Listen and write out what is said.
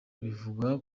bivugwa